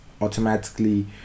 automatically